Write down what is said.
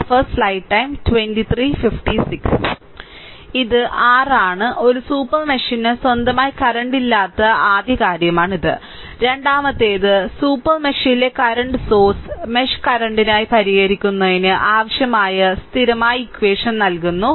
ഇത് r ആണ് ഒരു സൂപ്പർ മെഷിന് സ്വന്തമായി കറന്റ് ഇല്ലാത്ത ആദ്യ കാര്യമാണിത് രണ്ടാമത്തേത് സൂപ്പർ മെഷിലെ കറന്റ് സോഴ്സ് മെഷ് കറന്റിനായി പരിഹരിക്കുന്നതിന് ആവശ്യമായ സ്ഥിരമായ ഇക്വഷൻ നൽകുന്നു